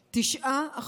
9%,